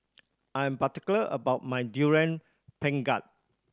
I am particular about my Durian Pengat